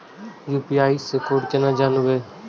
UPI से code केना जानवै?